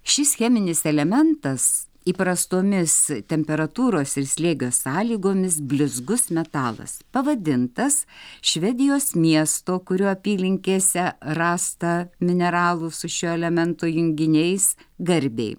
šis cheminis elementas įprastomis temperatūros ir slėgio sąlygomis blizgus metalas pavadintas švedijos miesto kurio apylinkėse rasta mineralų su šio elemento junginiais garbei